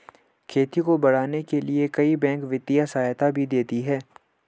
खेती को बढ़ाने के लिए कई बैंक वित्तीय सहायता भी देती है